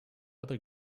other